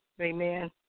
Amen